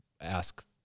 ask